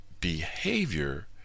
behavior